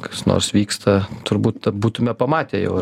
kas nors vyksta turbūt būtume pamatę jau